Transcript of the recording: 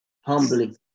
humbly